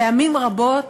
פעמים רבות